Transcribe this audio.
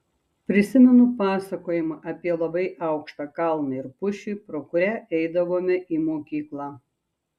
prisimenu pasakojimą apie labai aukštą kalną ir pušį pro kurią eidavome į mokyklą